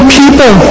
people